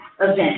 event